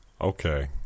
Okay